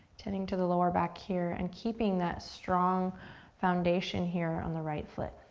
tending to the lower back here, and keeping that strong foundation here on the right foot.